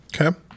Okay